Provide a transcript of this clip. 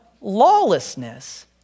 lawlessness